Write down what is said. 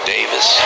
Davis